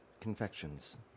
confections